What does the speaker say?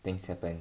things happen